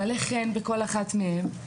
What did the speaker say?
מלא חן בכל אחת מהן,